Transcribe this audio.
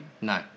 No